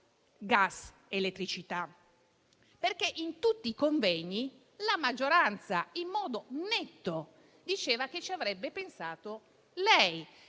gas ed elettricità, perché in tutti i convegni la maggioranza, in modo netto, diceva che avrebbe pensato lei